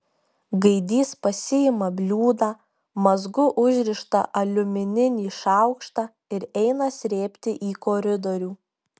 gaidys pasiima bliūdą mazgu užrištą aliumininį šaukštą ir eina srėbti į koridorių